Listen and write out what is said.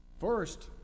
first